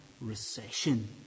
recession